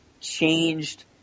changed